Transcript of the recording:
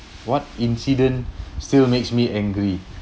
what incident still makes me angry